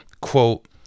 Quote